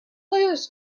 lose